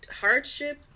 hardship